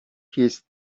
his